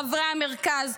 חברי המרכז,